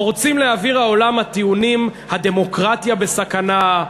פורצים לאוויר העולם הטיעונים: הדמוקרטיה בסכנה,